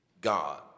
God